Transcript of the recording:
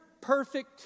perfect